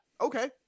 Okay